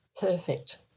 Perfect